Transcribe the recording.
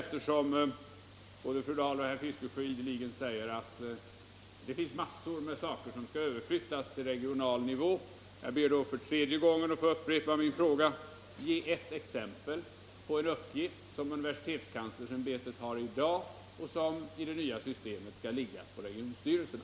Eftersom både fru Dahl och herr Fiskesjö ideligen säger att det finns massor av saker som skall överflyttas till regional nivå, upprepar jag för tredje gången min uppmaning: Ge ett exempel på en uppgift som universitetskanslersämbetet har i dag men som i det nya systemet skall ligga på regionstyrelserna!